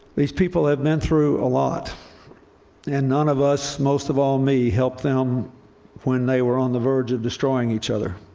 these people have been through a lot and none of us, most of all me, helped them when they were on the verge of destroying each other.